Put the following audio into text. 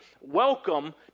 welcome